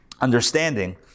understanding